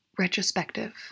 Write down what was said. Retrospective